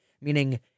Meaning